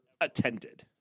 attended